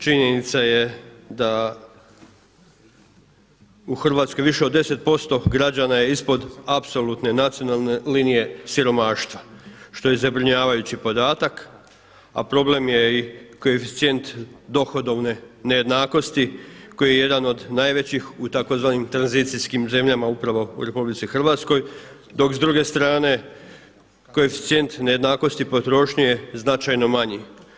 Činjenica je da u Hrvatskoj više od 10% građana je ispod apsolutne nacionalne linije siromaštva, što je zabrinjavajući podatak, a problem je i koeficijent dohodovne nejednakosti koji je jedan od najvećih u tzv. tranzicijskim zemljama upravo u RH, dok s druge strane koeficijent nejednakosti potrošnje je značajno manji.